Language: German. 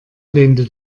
lehnte